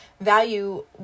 value